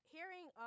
Hearing